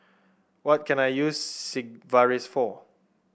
what can I use Sigvaris for